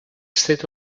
state